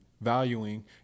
valuing